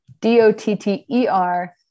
D-O-T-T-E-R